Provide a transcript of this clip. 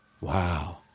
Wow